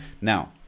Now